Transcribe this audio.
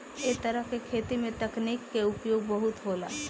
ऐ तरह के खेती में तकनीक के उपयोग बहुत होला